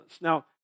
Now